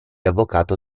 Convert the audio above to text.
avvocato